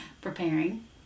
Preparing